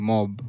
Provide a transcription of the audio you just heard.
Mob